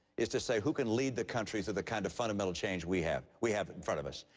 is to say who can lead the country through the kind of fundamental change we have we have in front of us?